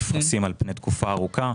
נפרשים על פני תקופה ארוכה,